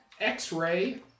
X-ray